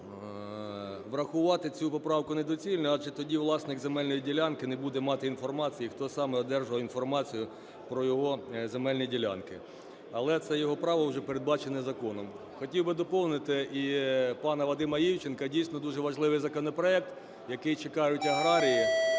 врахувати цю поправку недоцільно, адже тоді власник земельної ділянки не буде мати інформації, хто саме одержав інформацію про його земельні ділянки, але це його право вже передбачено законом. Хотів доповнити і пана Вадима Івченка, дійсно, дуже важливий законопроект, який чекають аграрії.